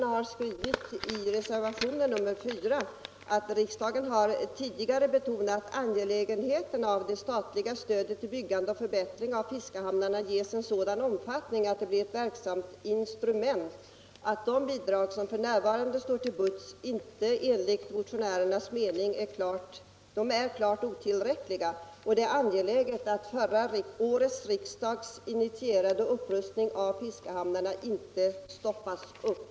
Jag vill citera något ur reservationen 4: ”Riksdagen har tidigare ———- betonat angelägenheten av att det statliga stödet till byggande och förbättring av fiskehamnar ges en sådan omfattning att det blir ett verksamt instrument vid de fortsatta strävandena att rusta upp våra fiskehamnar. -—-- De statsbidrag som f.n. står till buds är dock enligt motionärernas mening alltjämt klart otillräckliga. Utskottet anser det angeläget att den av förra årets riksdag initierade upprustningen av våra fiskehamnar inte stoppas upp.”